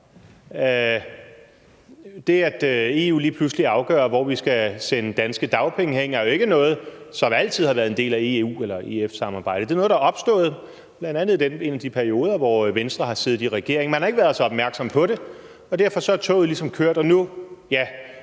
Det, at EU lige pludselig afgør, hvor vi skal sende danske dagpenge hen, er jo ikke noget, som altid har været en del af EU- eller EF-samarbejdet, men det er noget, der er opstået, bl.a. i en af de perioder, hvor Venstre har siddet i regering. Man har ikke været så opmærksom på det, og derfor er toget ligesom kørt, og nu